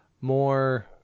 more